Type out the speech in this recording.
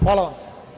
Hvala vam.